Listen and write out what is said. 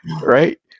right